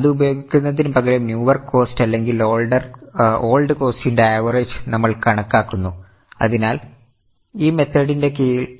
അത് ഉപയോഗിക്കുന്നതിന് പകരം ന്യൂവർ കോസ്റ്റ് കീഴിൽ